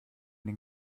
den